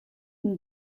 denn